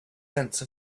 sense